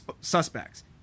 suspects